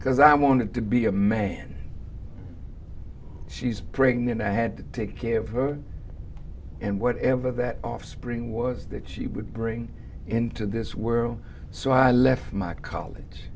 because i wanted to be a man she's pregnant i had to take care of her and whatever that offspring was that she would bring into this world so i left my college